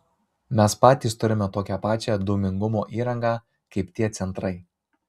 mes patys turime tokią pačią dūmingumo įrangą kaip tie centrai